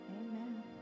Amen